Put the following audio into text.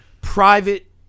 private